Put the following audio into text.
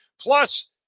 Plus